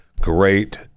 great